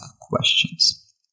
questions